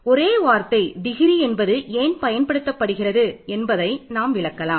ஒரே வார்த்தை டிகிரி இருக்கட்டும்